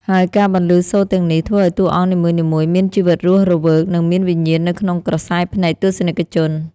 ហើយការបន្លឺសូរទាំងនេះ ធ្វើឱ្យតួអង្គនីមួយៗមានជីវិតរស់រវើក និងមានវិញ្ញាណនៅក្នុងក្រសែភ្នែកទស្សនិកជន។